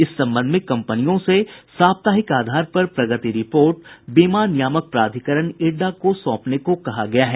इस संबंध में कम्पनियों से साप्ताहिक आधार पर प्रगति रिपोर्ट बीमा नियामक प्राधिकरण इरडा को सौंपने को कहा गया है